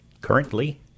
Currently